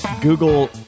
Google